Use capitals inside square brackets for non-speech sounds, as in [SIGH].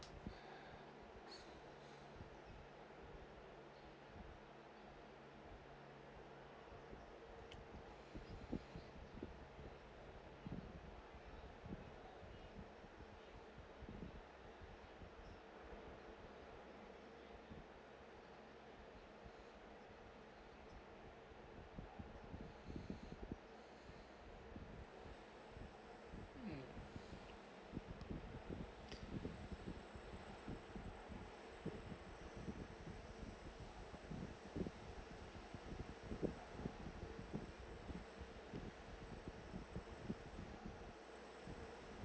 mm [BREATH]